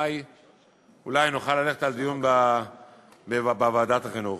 אולי נוכל ללכת על דיון בוועדת החינוך.